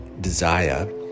desire